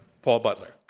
paul butler.